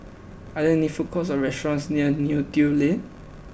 are there food courts or restaurants near Neo Tiew Lane